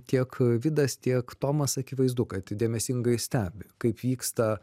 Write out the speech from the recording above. tiek vidas tiek tomas akivaizdu kad dėmesingai stebi kaip vyksta